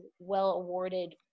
well-awarded